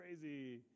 crazy